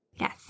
Yes